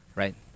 right